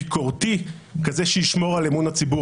ביקורתי, כזה שישמור על אמון הציבור.